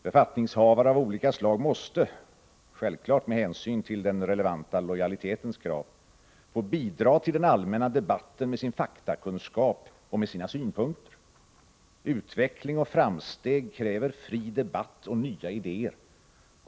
Befattningshavare av olika slag måste självklart, med hänsyn till den relevanta lojalitetens krav, få bidra till den allmänna debatten med sin faktakunskap och med sina synpunkter. Utveckling och framsteg kräver fri debatt och nya idéer.